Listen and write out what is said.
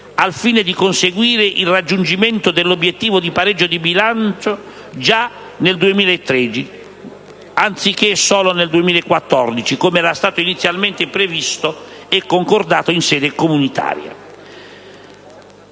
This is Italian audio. al fine di conseguire il raggiungimento dell'obiettivo del pareggio di bilancio già nel 2013, anziché solo nel 2014, come era stato inizialmente previsto e concordato in sede comunitaria.